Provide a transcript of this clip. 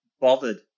bothered